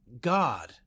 God